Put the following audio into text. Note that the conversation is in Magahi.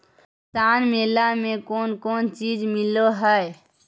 किसान मेला मे कोन कोन चिज मिलै है?